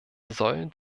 sollen